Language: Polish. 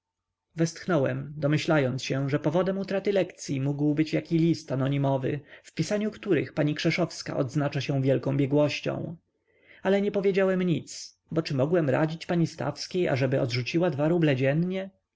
westchnąłem domyślając się że powodem utraty lekcyi mógł być jaki list anonimowy w pisaniu których pani krzeszowska odznacza się wielką biegłością ale nie powiedziałem nic bo czy mogłem radzić pani stawskiej aby odrzuciła dwa ruble dziennie